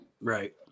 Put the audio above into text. Right